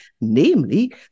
namely